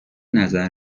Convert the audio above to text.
نظر